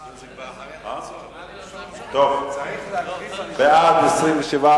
להעביר את הצעת חוק סיוע לשדרות וליישובי